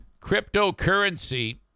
cryptocurrency